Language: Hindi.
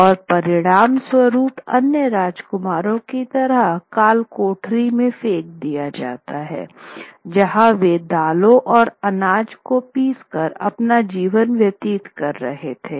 और परिणामस्वरूप अन्य राजकुमारों की तरह कालकोठरी में फेंक दिया जाता है जहाँ वे दालों और अनाज को पीस कर अपना जीवन व्यतीत कर रहे थे